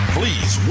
please